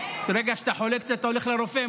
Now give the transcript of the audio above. כי ברגע שאתה חולה קצת ואתה הולך לרופא,